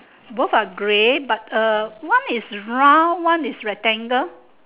both are grey but uh one is round one is rectangle